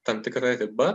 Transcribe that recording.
tam tikra riba